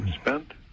spent